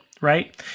Right